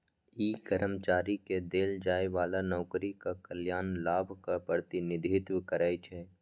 ई कर्मचारी कें देल जाइ बला नौकरीक कल्याण लाभक प्रतिनिधित्व करै छै